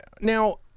now